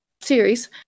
series